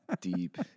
deep